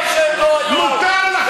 השר לוין,